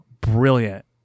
brilliant